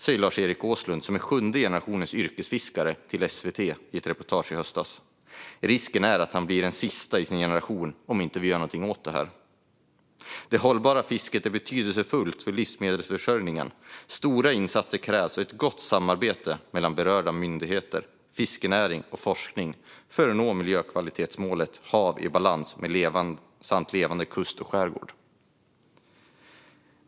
Så sa Lars Erik Åslund, som är sjunde generationens yrkesfiskare, till SVT i ett reportage förra hösten. Risken är att hans generation blir den sista om vi inte gör något åt det här. Det hållbara fisket är betydelsefullt för livsmedelsförsörjningen. Det krävs stora insatser och ett gott samarbete mellan berörda myndigheter, fiskenäring och forskning för att nå miljökvalitetsmålet Hav i balans samt levande kust och skärgård.